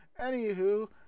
anywho